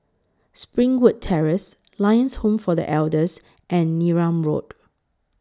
Springwood Terrace Lions Home For The Elders and Neram Road